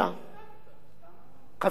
חברי הכנסת הנכבדים, אני אומר לכם: